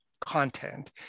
content